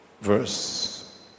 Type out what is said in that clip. verse